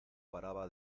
paraba